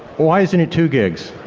why isn't it two gigs?